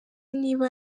niba